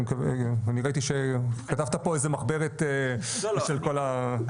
אני ראיתי שכתבת פה איזו מחברת של כל, סיכמת יפה.